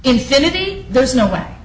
infinity there's no way